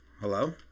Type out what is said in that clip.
Hello